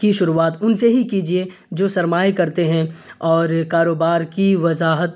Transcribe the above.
کی شروعات ان سے ہی کیجیے جو سرمائے کرتے ہیں اور کاروبار کی وضاحت